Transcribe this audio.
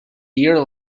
deer